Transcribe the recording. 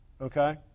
okay